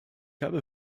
habe